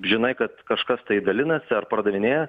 žinai kad kažkas tai dalinasi ar pardavinėja